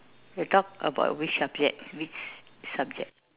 you talk about which subject which subject